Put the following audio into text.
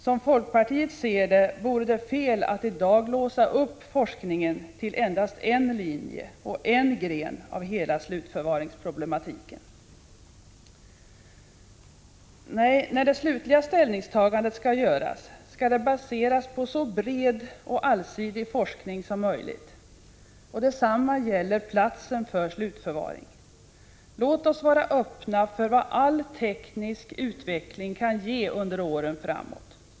Som folkpartiet ser det vore det fel att i dag låsa forskningen till endast en linje och en gren av hela slutförvaringsproblematiken. Nej, när det slutliga ställningstagandet skall göras, skall det baseras på så bred och allsidig forskning som möjligt. Detsamma gäller platsen för slutförvaring. Låt oss vara öppna för vad all teknisk utveckling kan ge under åren framåt!